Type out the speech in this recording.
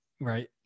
right